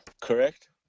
correct